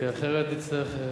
כי אחרת תצטרך,